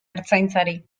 ertzaintzari